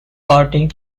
party